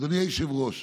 אדוני היושב-ראש,